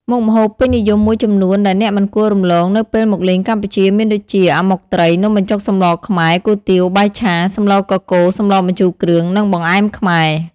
មុខម្ហូបពេញនិយមមួយចំនួនដែលអ្នកមិនគួររំលងនៅពេលមកលេងកម្ពុជាមានដូចជា អាម៉ុកត្រី នំបញ្ចុកសម្លរខ្មែរ គុយទាវ បាយឆា សម្លរកកូរ សម្លរម្ជូរគ្រឿង និងបង្អែមខ្មែរ ។